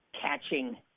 catching